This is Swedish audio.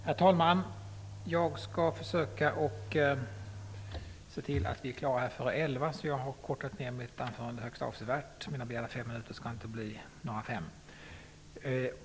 Herr talman! Jag skall försöka att se till att vi är klara före elva, så jag har kortat ned mitt anförande högst avsevärt. Mina begärda fem minuter skall inte bli fem.